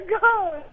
god